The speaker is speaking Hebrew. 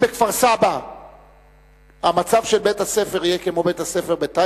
אם בכפר-סבא מצב בית-הספר יהיה כמו מצב בית-הספר בטייבה,